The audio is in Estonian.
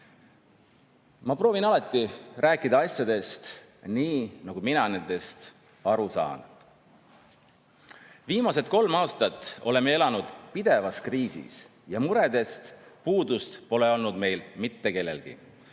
Ma proovin alati rääkida asjadest nii, nagu mina nendest aru saan. Viimased kolm aastat oleme elanud pidevas kriisis ja muredest pole meil kellelgi